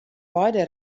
beide